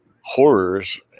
horrors